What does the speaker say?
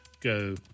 go